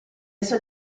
sue